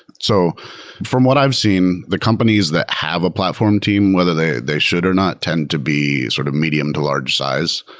so from what i've seen, the companies that have a platform team, whether they they should or not, tend to be sort of medium to large size,